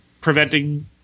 preventing